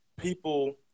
people